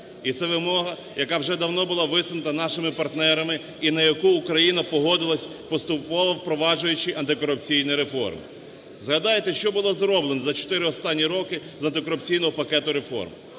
І це вимога, яка вже давно була висунута нашими партнерами і на яку Україна погодилась, поступово впроваджуючи антикорупційні реформи. Згадайте, що було зроблено за 4 останні роки з антикорупційного пакету реформ.